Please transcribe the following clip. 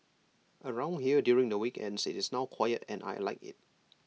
around here during the weekends IT is now quiet and I Like IT